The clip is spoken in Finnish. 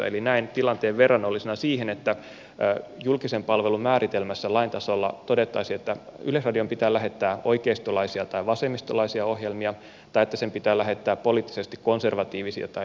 eli näen tilanteen verrannollisena siihen että julkisen palvelun määritelmässä lain tasolla todettaisiin että yleisradion pitää lähettää oikeistolaisia tai vasemmistolaisia ohjelmia tai että sen pitää lähettää poliittisesti konservatiivisia tai liberaaleja ohjelmia